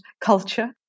culture